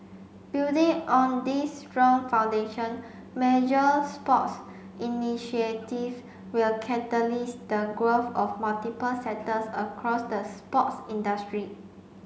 building on this strong foundation major sports initiative will the growth of multiple sectors across the sports industry